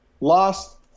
Lost